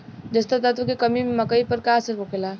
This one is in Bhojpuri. जस्ता तत्व के कमी से मकई पर का असर होखेला?